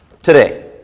today